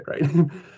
right